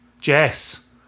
Jess